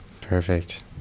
Perfect